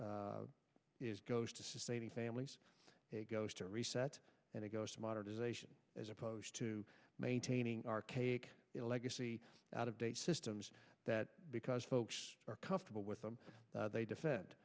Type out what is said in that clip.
is goes to sustaining families it goes to reset and it goes to modernization as opposed to maintaining archaic electricity out of date systems that because folks are comfortable with them they defend